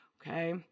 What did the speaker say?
Okay